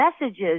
messages